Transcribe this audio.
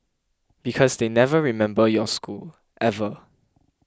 because they never remember your school ever